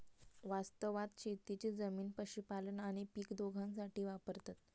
वास्तवात शेतीची जमीन पशुपालन आणि पीक दोघांसाठी वापरतत